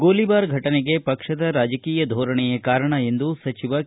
ಗೋಲಿಬಾರ್ ಫಟನೆಗೆ ಪಕ್ಷದ ರಾಜಕೀಯ ಧೋರಣೆಯೇ ಕಾರಣ ಎಂದು ಸಚಿವ ಕೆ